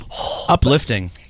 uplifting